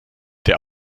der